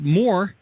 more